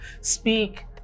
speak